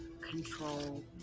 control